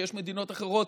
שיש מדינות אחרות,